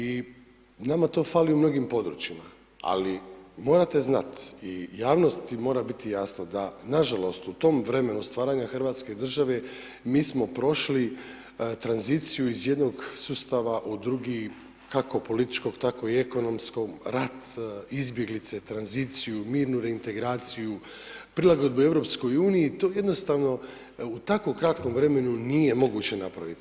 I nama to fali u mnogim područjima i morate znat i javnosti mora biti jasno, da na žalost u tom vremenu stvaranja hrvatske države mi smo prošli tranziciju iz jednog sustava u drugi, kako političkog, tako ekonomskog, rat, izbjeglice, tranziciju, mirnu reintegraciju, prilagodbu EU i to jednostavno, u tako kratkom vremenu nije moguće napraviti.